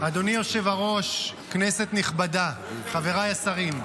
--- אדוני היושב-ראש, כנסת נכבדה, חבריי השרים,